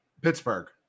Pittsburgh